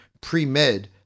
pre-med